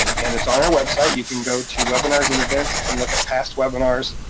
and it's on our website, you can go to webinars and events and look at past webinars,